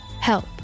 Help